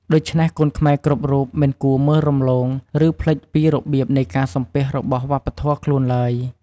ដូច្នេះកូនខ្មែរគ្រប់រូបមិនគួរមើលរំលង ឬ ភ្លេចពីរបៀបនៃការសំពះរបស់វប្បធម៌ខ្លួនឡើយ។